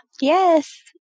Yes